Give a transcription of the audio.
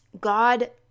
God